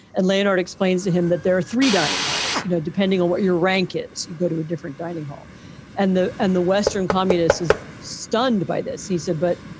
and later, it explains to him that there are three dining halls, you know, depending on what your rank is. you go to a different dining hall and the and the western communist is stunned by this, he said. but,